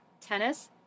tennis